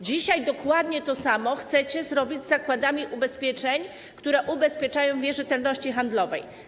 Dzisiaj dokładnie to samo chcecie zrobić z zakładami ubezpieczeń, które ubezpieczają wierzytelności handlowe.